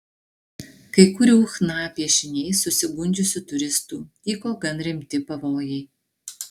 kai kurių chna piešiniais susigundžiusių turistų tyko gan rimti pavojai